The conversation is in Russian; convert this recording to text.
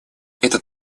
этот